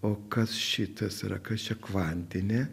o kas šitas yra kas čia kvantinė